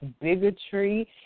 bigotry